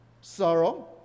sorrow